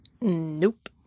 nope